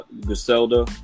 Griselda